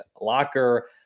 Locker